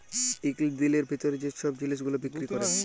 ইক দিলের ভিতরে যে ছব জিলিস গুলা বিক্কিরি ক্যরে